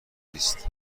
نیست